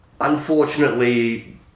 unfortunately